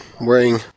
wearing